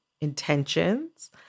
intentions